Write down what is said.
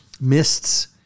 mists